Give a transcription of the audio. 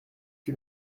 que